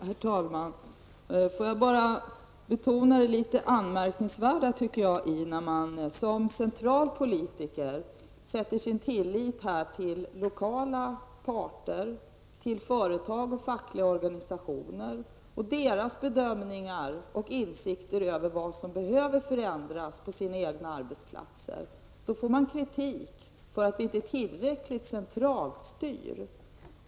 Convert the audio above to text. Herr talman! Får jag bara betona det litet anmärkningsvärda i att när man som central politiker sätter sin tillit till lokala parter, företag och fackliga organisationer och deras bedömningar och insikter i vad som behöver förändras på deras egna arbetsplatser, får man kritik för att man inte styr tillräckligt centralt.